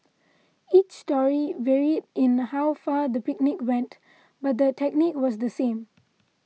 each story varied in how far the picnic went but the technique was the same